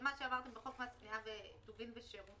"בחוק הבלו על דלק, התשי"ח-1958